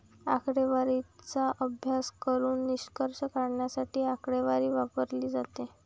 आकडेवारीचा अभ्यास करून निष्कर्ष काढण्यासाठी आकडेवारी वापरली जाते